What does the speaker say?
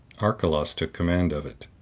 archelaus took command of it,